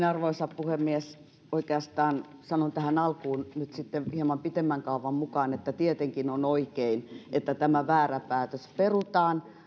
arvoisa puhemies oikeastaan sanon tähän alkuun nyt sitten hieman pitemmän kaavan mukaan että tietenkin on oikein että tämä väärä päätös perutaan